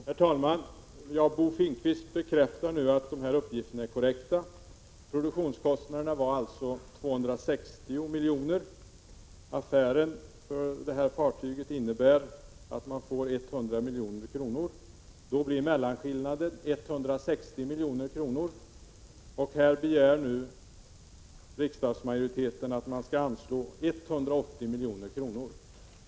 Herr talman! Bo Finnkvist bekräftar nu att dessa uppgifter är korrekta. Produktionskostnaderna var alltså 260 milj.kr. Affären med fartyget innebär att köpeskillingen blir 100 milj.kr. Mellanskillnaden blir då 160 milj.kr. Riksdagsmajoriteten begär nu att det skall anslås 180 milj.kr.